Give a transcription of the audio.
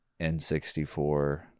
N64